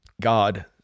God